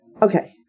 okay